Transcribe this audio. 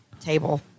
table